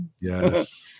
yes